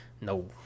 No